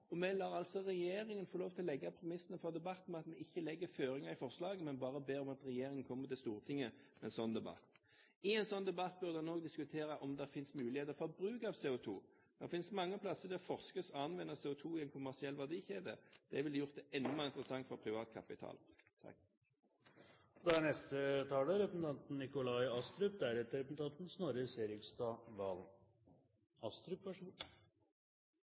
altså regjeringen få lov til å legge premissene for debatten med at en ikke legger føringer i forslaget, men bare ber om at regjeringen kommer til Stortinget med en slik debatt. I en slik debatt burde en også diskutere om det finnes muligheter for bruk av CO2. Det finnes mange steder det forskes på å anvende CO2 i en kommersiell verdikjede. Det ville gjort det enda mer interessant for privat kapital.